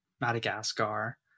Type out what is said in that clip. Madagascar